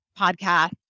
podcast